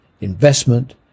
investment